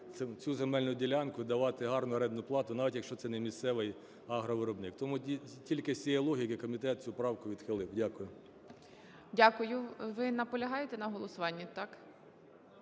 цю земельну ділянку і давати гарну рентну плату, навіть якщо це не місцевий агровиробник. Тому тільки з цієї логіки комітет цю правку відхилив. Дякую. ГОЛОВУЮЧИЙ. Дякую. Ви наполягаєте на голосуванні,